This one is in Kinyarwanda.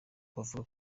bavuga